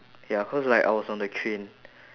ya cause like I was on the train